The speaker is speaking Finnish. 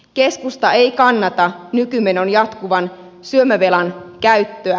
keskusta ei kannata nykymenon jatkuvan syömävelan käyttöä